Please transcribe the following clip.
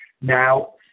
Now